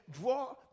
draw